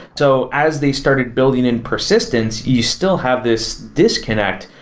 so as they started building in persistence, you still have this disconnect,